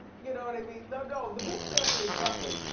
you know what i mean? no, no, the boof family is lovely.